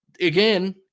again